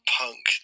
punk